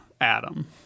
Adam